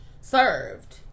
served